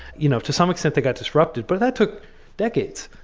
you know to some extent, they got disrupted, but that took decades.